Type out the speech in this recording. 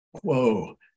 whoa